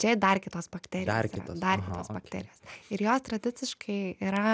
čia dar kitos bakterijos dar kitos bakterijos ir jos tradiciškai yra